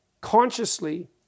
consciously